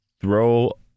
throw